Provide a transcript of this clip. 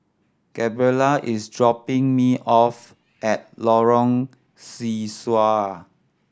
Gabriella is dropping me off at Lorong Sesuai